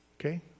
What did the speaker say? Okay